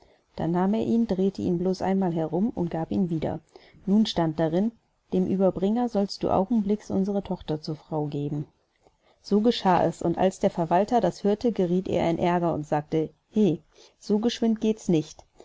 da nahm er ihn drehte ihn bloß einmal herum und gab ihn wieder nun stand darin dem ueberbringer sollst du augenblicks unsere tochter zur frau geben so geschah es und als der verwalter das hörte gerieth er in aerger und sagte he so geschwind gehts nicht